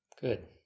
Good